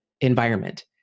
environment